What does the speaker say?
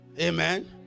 Amen